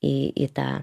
į į tą